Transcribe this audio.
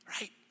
right